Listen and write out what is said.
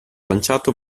lanciato